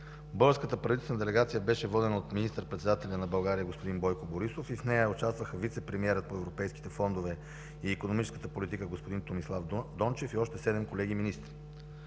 Българската правителствена делегация беше водена от министър-председателя на България господин Бойко Борисов и в нея участваха вицепремиерът по европейските фондове и икономическата политика господин Томислав Дончев и още седем колеги министри.